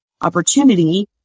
opportunity